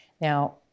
Now